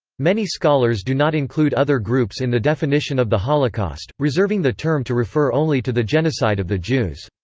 many scholars do not include other groups in the definition of the holocaust, reserving the term to refer only to the genocide of the jews.